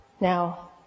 Now